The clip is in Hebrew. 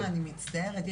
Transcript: יש חוסר הבנה, אני מצטערת.